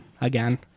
again